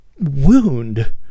wound